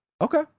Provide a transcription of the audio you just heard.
Okay